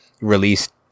released